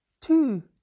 two